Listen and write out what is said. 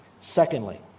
Secondly